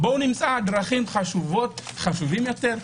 בוא נמצא דרכים חשובות יותר,